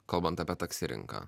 kalbant apie taksi rinką